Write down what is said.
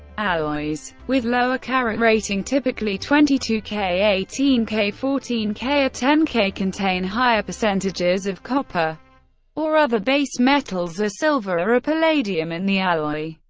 alloys with lower karat rating, typically twenty two k, eighteen k, fourteen k or ten k, contain higher percentages of copper or other base metals or silver or palladium in the alloy.